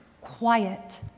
quiet